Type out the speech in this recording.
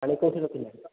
ଆଣି କେଉଁଠି ରଖିଲେ